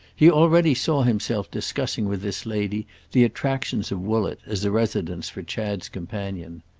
he already saw himself discussing with this lady the attractions of woollett as a residence for chad's companion.